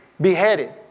beheaded